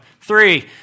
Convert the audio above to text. Three